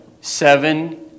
seven